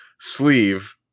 sleeve